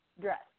dress